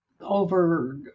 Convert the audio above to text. over